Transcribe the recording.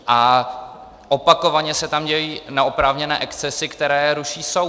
A opakovaně se tam dějí neoprávněné excesy, které ruší soud.